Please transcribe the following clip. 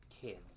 kids